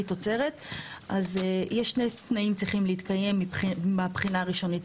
תוצרת אז יש שני תנאים שצריכים להתקיים מהבחינה הראשונית.